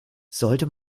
sollte